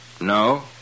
No